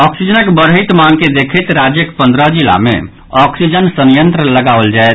ऑक्सीजनक बढ़ैत मांग के देखैत राज्यक पन्द्रह जिला मे ऑक्सीजन संयंत्र लगाओल जायत